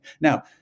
Now